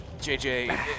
JJ